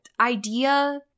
idea